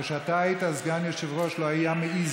כשאתה היית סגן היושב-ראש לא היה מעז